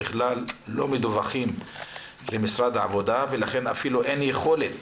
בכלל לא מדווחים למשרד העבודה ולכן אפילו אין יכולת